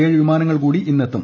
ഏഴ് വിമാനങ്ങൾ കൂടി ഇന്നെത്തും